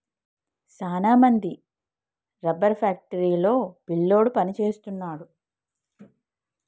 సాన మంది rubber factory లో పిల్లోడు పని సేస్తున్నారు